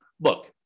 look